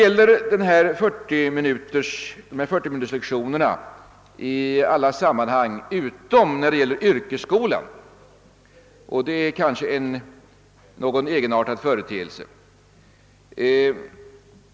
Lektionstidens längd skall vara 40 minuter för alla skolformer utom yrkesskolan, och det är kanske något egenartat.